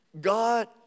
God